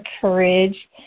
courage